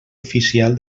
oficial